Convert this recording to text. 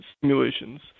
simulations